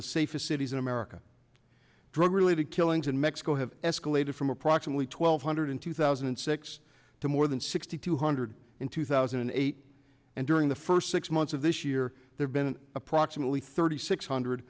the safest cities in america drug related killings in mexico have escalated from approximately twelve hundred in two thousand and six to more than sixty two hundred in two thousand and eight and during the first six months of this year there's been an approximately thirty six hundred